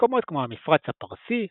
ממקומות כמו המפרץ הפרסי,